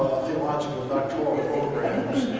theological doctoral programs.